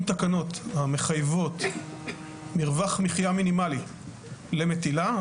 תקנות שמחייבות מרווח מחיה מינימלי למטילה.